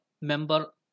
member